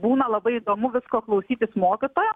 būna labai įdomu visko klausytis mokytojo